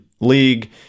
League